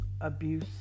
abuse